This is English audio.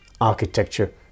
architecture